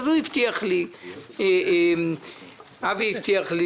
אז אבי הבטיח לי